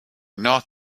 not